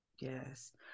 Yes